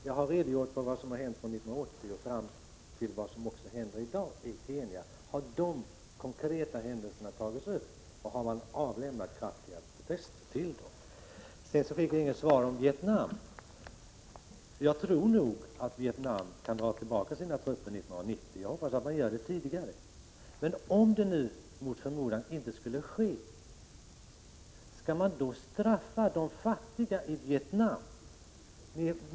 Jag har redogjort för vad som har hänt från 1980 och fram till i dag. Har de konkreta händelserna tagits upp? Har man från svensk sida avgett kraftiga protester? Sedan fick jag inte något svar om Vietnam. Jag tror att Vietnam kan dra tillbaka sina trupper från Kampuchea 1990, och jag hoppas att det sker tidigare. Men om det mot förmodan inte skulle ske, skall vi då straffa de fattiga i Vietnam?